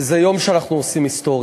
זה יום שאנחנו עושים בו היסטוריה.